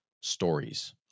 stories